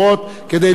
כדי להבין.